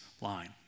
line